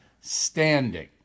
standing